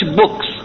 books